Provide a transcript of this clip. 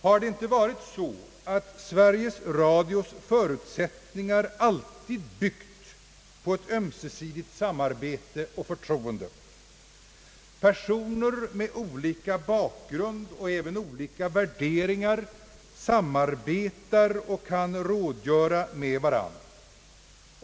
Har det inte varit så att Sveriges Radios förutsättningar alltid har byggt på ett ömsesidigt samarbete och förtroende? Personer med olika bakgrund och även olika värderingar samarbetar och kan rådgöra med varandra.